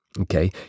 okay